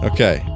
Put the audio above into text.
Okay